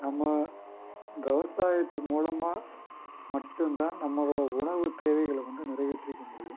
நம்ம விவசாயத்து மூலமாக மட்டும் தான் நம்மளோடய உணவு தேவைகளை வந்து நிறைவேற்றிக்க முடியும்